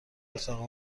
اتاق